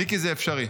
מיקי, זה אפשרי.